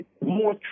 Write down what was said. more